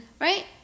right